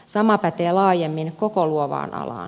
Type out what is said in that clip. sama pätee laajemmin koko luovaan alaan